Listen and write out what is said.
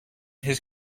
his